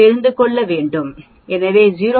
எனவே 0